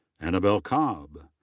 annabelle cobb.